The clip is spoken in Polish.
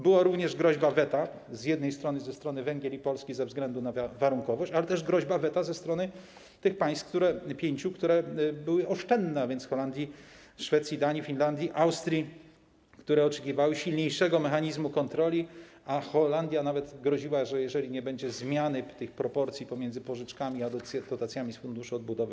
Była również groźba weta z jednej strony ze strony Węgier i Polski ze względu na tę warunkowość, ale też była groźba weta ze strony tych pięciu państw, które były oszczędne, a więc Holandii, Szwecji, Danii, Finlandii, Austrii, które oczekiwały silniejszego mechanizmu kontroli, a Holandia nawet groziła wetem, jeżeli nie będzie zmiany proporcji pomiędzy pożyczkami a dotacjami z Funduszu Odbudowy.